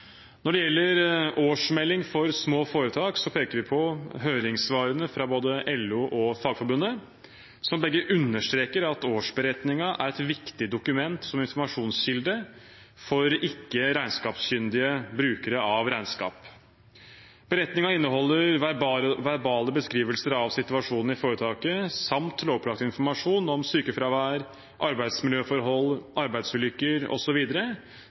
Når det gjelder årsmelding for små foretak, peker vi på høringssvarene fra både LO og Fagforbundet, som begge understreker at årsberetningen er et viktig dokument som informasjonskilde for ikke-regnskapskyndige brukere av regnskap. Beretningen inneholder verbale beskrivelser av situasjonen i foretaket samt lovpålagt informasjon om sykefravær, arbeidsmiljøforhold, arbeidsulykker